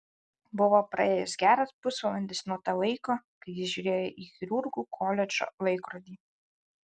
buvo praėjęs geras pusvalandis nuo to laiko kai jis žiūrėjo į chirurgų koledžo laikrodį